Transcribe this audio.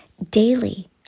Daily